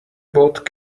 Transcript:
bought